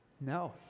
No